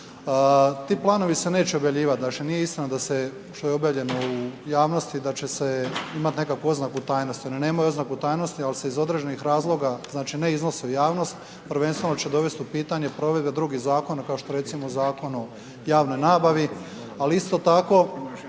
.../Govornik se ne razumije./... nije istina da se, što je objavljeno u javnosti da će se imati nekakvu oznaku tajnosti, ona nemaju oznaku tajnosti ali se iz određenih razloga znači ne iznose u javnost, prvenstveno će dovesti u pitanje provedbe drugih zakona kao što je recimo Zakon o javnoj nabavi. Ali isto tako